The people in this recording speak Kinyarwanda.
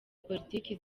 politiki